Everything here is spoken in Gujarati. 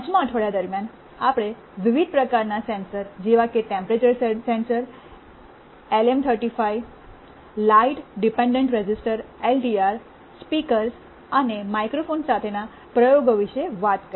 5 માં અઠવાડિયા દરમિયાન આપણે વિવિધ પ્રકારના સેન્સર જેવા કે temperature sensor LM 35 light dependent resistor LDR speakers અને માઇક્રોફોન સાથેના પ્રયોગો વિશે વાત કરી